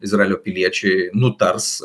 izraelio piliečiai nutars